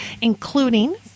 including